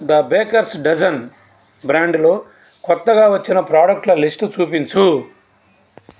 the Baker's Dozen బ్రాండులో కొత్తగా వచ్చిన ప్రోడక్ట్ల లిస్టు చూపించు